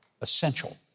essential